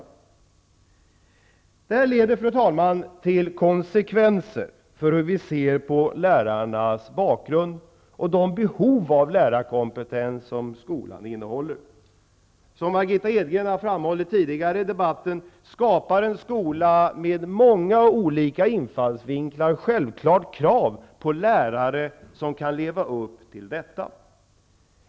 Det här får, fru talman, konsekvenser när det gäller vårt sätt att se på lärarnas bakgrund och de behov av lärarkompetens som skolan innehåller. Som Margitta Edgren tidigare i debatten har framhållit skapar en skola med många olika infallsvinklar självklart krav på lärare som kan leva upp till förväntningarna.